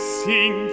sing